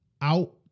out